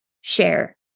share